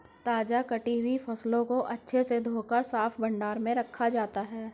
ताजा कटी हुई फसलों को अच्छे से धोकर साफ भंडार घर में रखा जाता है